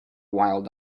wild